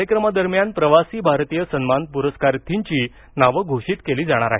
कार्यक्रमादरम्यान प्रवासी भारतीय सन्मान प्रस्कार्थींची नावं घोषित केली जाणार आहेत